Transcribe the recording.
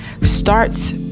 starts